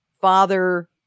father